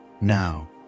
now